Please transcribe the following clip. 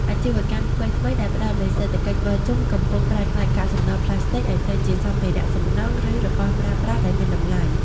អាជីវកម្មថ្មីៗដែលផ្ដោតលើសេដ្ឋកិច្ចវិលជុំ កំពុងប្រែក្លាយកាកសំណល់ប្លាស្ទិកឱ្យទៅជាសម្ភារៈសំណង់ ឬរបស់ប្រើប្រាស់ដែលមានតម្លៃ។